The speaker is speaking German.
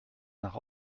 nach